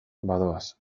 badoaz